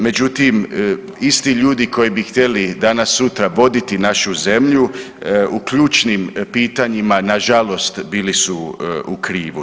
Međutim, isti ljudi koji bi htjeli danas sutra voditi našu zemlju u ključnim pitanjima na žalost bili su u krivu.